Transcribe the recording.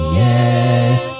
yes